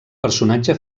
personatge